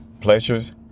Pleasures